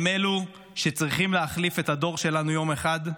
הם אלו שצריכים להחליף את הדור שלנו יום אחד.